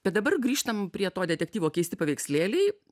bet dabar grįžtam prie to detektyvo keisti paveikslėliai